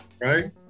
Right